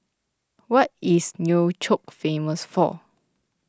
what is Nouakchott famous for